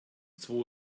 zwo